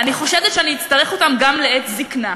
ואני חושדת שאני אצטרך אותם גם לעת זיקנה,